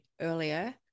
earlier